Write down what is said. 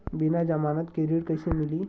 बिना जमानत के ऋण कईसे मिली?